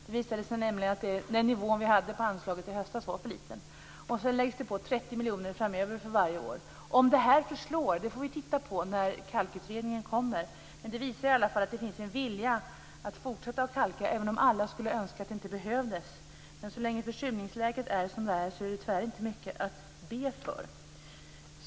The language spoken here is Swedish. Det visade sig nämligen att den nivå vi hade på anslaget i höstas var för låg. Sedan läggs det på 30 miljoner för varje år framöver. Om det här förslår får vi titta på när Kalkningsutredningen kommer, men det visar i alla fall att det finns en vilja att fortsätta kalka även om alla skulle önska att det inte behövdes. Men det är tyvärr inte mycket att be för så länge försurningsläget är som det är.